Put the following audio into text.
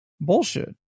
Bullshit